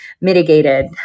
mitigated